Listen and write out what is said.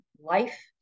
life